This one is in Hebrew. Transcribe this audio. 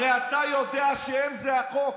הרי אתה יודע שהם זה החוק.